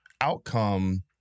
outcome